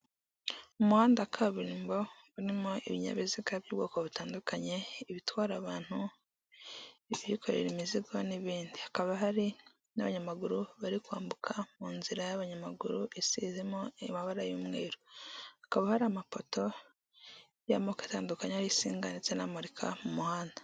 Umuhanda wa kaburimbo urimo ibinyabiziga by'ubwoko butandukanye ibitwara abantu ibyikorera imizigo n'ibindi. Hakaba hari n'abanyamaguru bari kwambuka mu nzira y'abanyamaguru isizemo amabara y'umweru. Hakaba hari amapoto y'amoko atandukanye ariho insinga ndetse anamurika mu muhanda.